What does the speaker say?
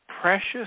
precious